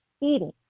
eating